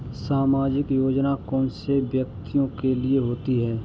सामाजिक योजना कौन से व्यक्तियों के लिए होती है?